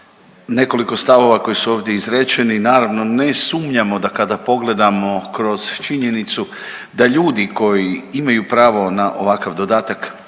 nekoliko stavova koji su ovdje izrečeni, naravno, ne sumnjamo da kada pogledamo kroz činjenicu da ljudi koji imaju pravo na ovakav dodatak